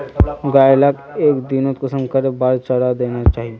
गाय लाक एक दिनोत कुंसम करे बार चारा देना चही?